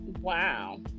Wow